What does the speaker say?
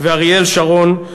ואריאל שרון,